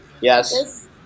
Yes